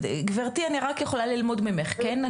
--- גברתי, אני רק יכולה ללמוד ממך, כן?